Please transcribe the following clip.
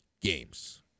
games